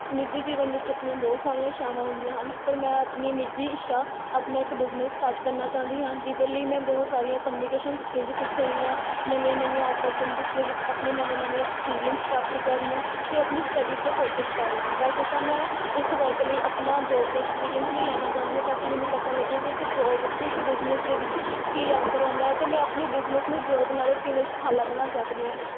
ਨਿੱਜੀ ਜੀਵਨ ਵਿੱਚ ਆਪਣੀਆਂ ਬਹੁਤ ਸਾਰੀਆਂ ਇੱਛਾਵਾਂ ਹੁੰਦੀਆਂ ਹਨ ਪਰ ਮੈਂ ਆਪਣੀ ਨਿੱਜੀ ਇੱਛਾ ਆਪਣਾ ਇੱਕ ਬਿਜ਼ਨਸ ਸਟਾਰਟ ਕਰਨਾ ਚਾਹੁੰਦੀ ਹਾਂ ਜਿਹਦੇ ਲਈ ਮੈਂ ਬਹੁਤ ਸਾਰੀਆਂ ਕਮਿਊਨੀਕੇਸ਼ਨ ਸਕਿੱਲ ਸਿੱਖ ਰਹੀ ਹਾਂ ਨਵੀਆਂ ਨਵੀਆਂ ਔਪਰਚੂਨਿਟੀਸ ਦੇ ਵਿੱਚ ਆਪਣੇ ਨਵੇਂ ਨਵੇਂ ਐਕਸਪੀਰੀਐਂਸ ਪ੍ਰਾਪਤ ਕਰ ਰਹੀ ਹਾਂ ਅਤੇ ਆਪਣੀ ਸਟੱਡੀ 'ਤੇ ਫੋਕਸ ਕਰ ਰਹੀ ਹਾਂ ਵੈਸੇ ਤਾਂ ਮੈਂ ਇਸ ਵਰਕ ਲਈ ਆਪਣਾ ਜੋਬ ਦਾ ਐਕਸਪੀਰੀਐਂਸ ਵੀ ਲੈਣਾ ਚਾਹੁੰਦੀ ਹਾਂ ਤਾਂ ਕਿ ਮੈਨੂੰ ਪਤਾ ਲੱਗੇ ਅਤੇ ਇੱਕ ਜੋਬ ਅਤੇ ਇੱਕ ਬਿਜ਼ਨਸ ਦੇ ਵਿੱਚ ਕੀ ਅੰਤਰ ਆਉਂਦਾ ਹੈ ਅਤੇ ਮੈਂ ਆਪਣੇ ਬਿਜ਼ਨਸ ਨੂੰ ਜੋਬ ਨਾਲੋ ਕਿਵੇਂ ਸੁਖਾਲਾ ਬਣਾ ਸਕਦੀ ਹਾਂ